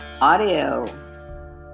audio